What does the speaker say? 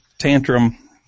Tantrum